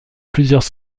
plusieurs